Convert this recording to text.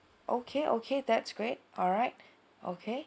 okay okay that's great alright okay